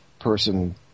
person